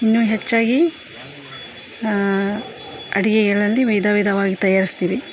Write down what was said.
ಇನ್ನು ಹೆಚ್ಚಾಗಿ ಅಡಿಗೆಗಳಲ್ಲಿ ವಿಧ ವಿಧವಾಗಿ ತಯಾರಿಸ್ತೀವಿ